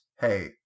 hey